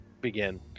begin